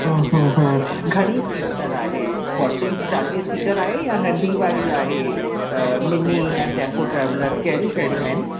हम्म हम्म हम्म घणी सीटर आहे फॉटी चालीह सीटर आहे या नंढी वारी आहे मिनी या टैम्पू ट्रेवलर कहिड़ियूं कहिड़ियूं आहिनि